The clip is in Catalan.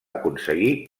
aconseguir